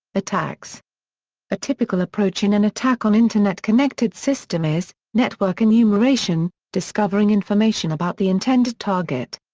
attacks a typical approach in an attack on internet-connected system is network enumeration discovering information about the intended target.